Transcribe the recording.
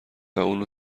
اونو